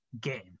game